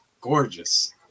gorgeous